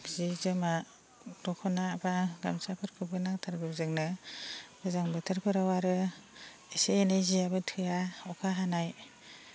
जि जोमा दख'ना एबा गामसाफोरखौबो नांथारगौ जोंनो गोजां बोथोरफोराव आरो एसे एनै जियाबो थोआ अखा हानाय